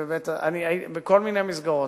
בכל מיני מסגרות.